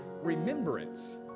remembrance